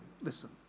listen